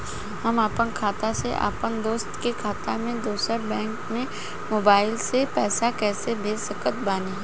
हम आपन खाता से अपना दोस्त के खाता मे दोसर बैंक मे मोबाइल से पैसा कैसे भेज सकत बानी?